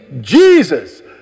Jesus